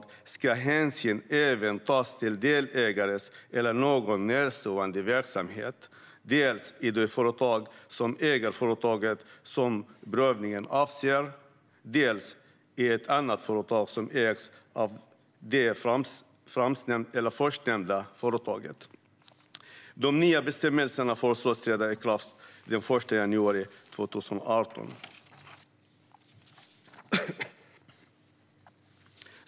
Efter justeringen ska då hänsyn även tas till delägares eller någon närståendes verksamhet, dels i det företag som äger företaget som prövningen avser, dels i ett annat företag som ägs av det förstnämnda företaget. De nya bestämmelserna föreslås träda i kraft den 1 januari 2018.